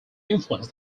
influence